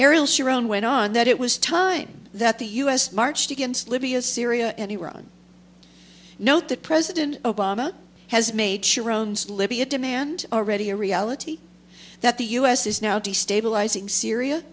ariel sharon went on that it was time that the u s marched against libya syria and iran note that president obama has made sure owns libya demand already a reality that the us is now destabilizing syria